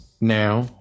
Now